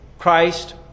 Christ